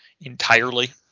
entirely